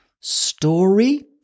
Story